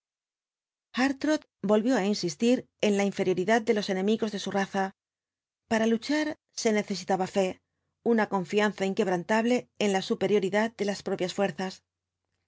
volvió á insistir en la inferioridad de los enemigos de su raza para luchar se necesitaba fe una confianza inquebrantable en la superioridad de las propias fuerzas a